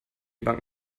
bank